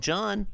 John